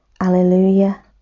Alleluia